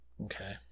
Okay